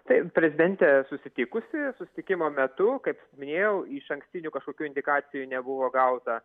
tai prezidentė susitikusi susitikimo metu kaip minėjau išankstinių kažkokių indikacijų nebuvo gauta